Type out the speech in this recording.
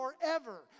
forever